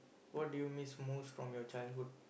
what do you miss most from your childhood